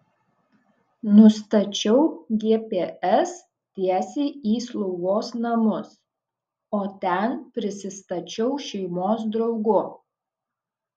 nustačiau gps tiesiai į slaugos namus o ten prisistačiau šeimos draugu